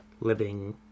living